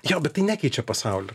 jo bet tai nekeičia pasaulio